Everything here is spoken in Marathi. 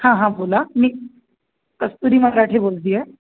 हां हां बोला मी कस्तुरी मराठे बोलते आहे